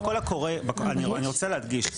בקול הקורא אני רוצה להדגיש,